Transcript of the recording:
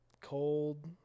Cold